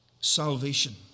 Salvation